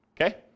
Okay